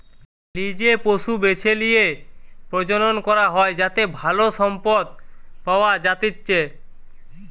লিজে পশু বেছে লিয়ে প্রজনন করা হয় যাতে ভালো সম্পদ পাওয়া যাতিচ্চে